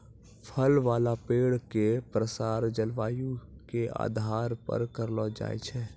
फल वाला पेड़ के प्रसार जलवायु के आधार पर करलो जाय छै